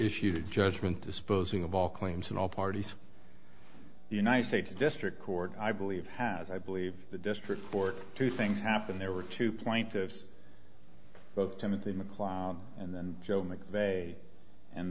issued its judgment disposing of all claims and all parties the united states district court i believe has i believe the district court two things happened there were two plaintiffs both timothy mcleod and then joe mcveigh and